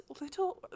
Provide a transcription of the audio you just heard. little